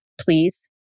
please